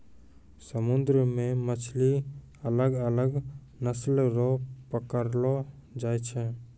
समुन्द्र मे मछली अलग अलग नस्ल रो पकड़लो जाय छै